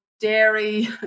dairy